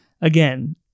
Again